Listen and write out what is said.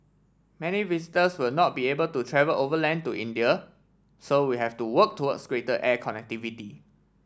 many visitors will not be able to travel overland to India so we have to work towards greater air connectivity